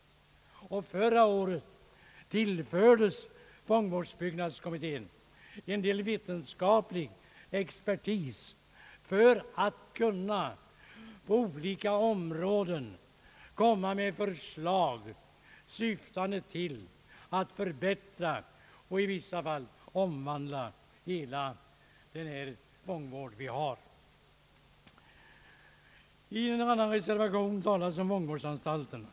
Förra året tillfördes fångvårdsbyggnadskommittén en del vetenskaplig expertis för att på olika områden kunna framlägga förslag, syftande till att förbättra och i vissa fall omvandla hela den fångvård vi har. I en annan reservation talas om fångvårdsanstalterna.